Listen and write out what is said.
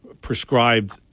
prescribed